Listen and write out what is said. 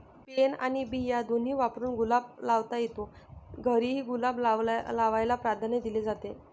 pen आणि बिया दोन्ही वापरून गुलाब लावता येतो, घरीही गुलाब लावायला प्राधान्य दिले जाते